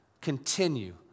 continue